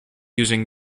using